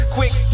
Quick